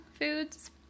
foods